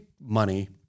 money